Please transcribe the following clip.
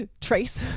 trace